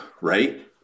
right